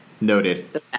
Noted